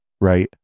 right